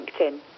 LinkedIn